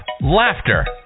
laughter